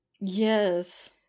yes